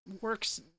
works